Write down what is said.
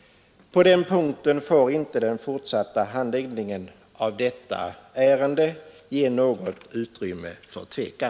På den punkten får inte den fortsatta handläggningen av detta ärende ge något utrymme för tvekan.